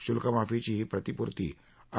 शुल्कमाफीची ही प्रतिपूर्ती आर